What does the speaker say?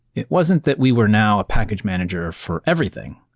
it wasn't that we were now a package manager for everything.